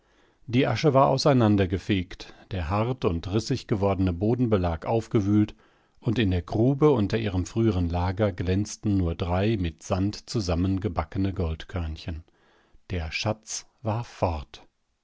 die asche war auseinandergefegt der hart und rissig gewordene bodenbelag aufgewühlt und in der grube unter ihrem früheren lager glänzten nur drei mit sand zusammengebackene goldkörnchen der schatz war fort